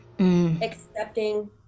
Accepting